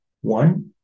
One